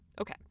Okay